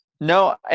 no